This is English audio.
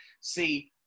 See